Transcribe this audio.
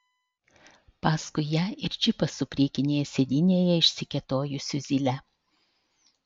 paskui ją ir džipas su priekinėje sėdynėje išsikėtojusiu zyle